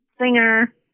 singer